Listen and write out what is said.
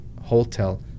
hotel